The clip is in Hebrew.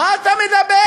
מה אתה מדבר?